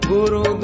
Guru